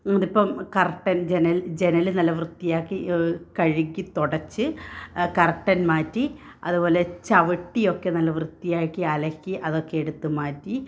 നമ്മളിപ്പം കർട്ടൻ ജനൽ ജനൽ നല്ല വൃത്തിയാക്കി കഴുകി തുടച്ച് കർട്ടൻ മാറ്റി അതുപോലെ ചവിട്ടിയൊക്കെ നല്ല വൃത്തിയാക്കി അലക്കി അതൊക്കെ എടുത്ത് മാറ്റി